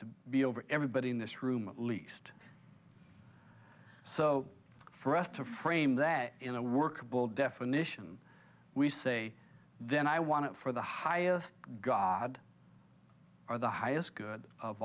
to be over everybody in this room at least so for us to frame that in a workable definition we say then i want for the highest god or the highest good of